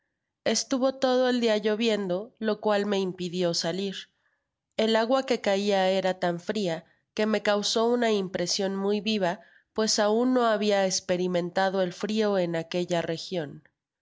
estuvo todo el dia lloviendo lo cual me impidio salir el agua que caia era tan fria queme causó una impresion muy viva pues aun no habia esperimentado el frio en aquella region